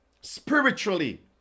spiritually